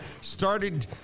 started